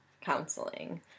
counseling